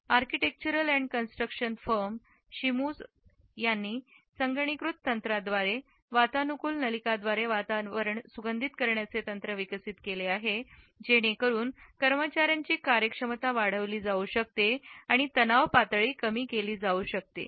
architectural and construction firm Shimizu संगणकीकृत तंत्रद्वारे वातानुकूलन नलिकाद्वारे वातावरण सुगंधित करण्याचे तंत्र विकसित केले आहे जने करून कर्मचार्यांची कार्यक्षमता वाढविली जाऊ शकते आणि तणाव पातळी कमी केली जाऊ शकते